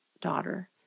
daughter